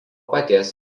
paties